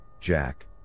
Jack